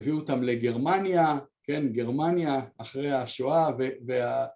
הביאו אותם לגרמניה, כן, גרמניה, אחרי השואה